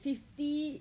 fifty